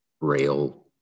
rail